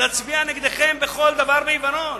להצביע נגדכם בכל דבר בעיוורון.